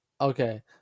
Okay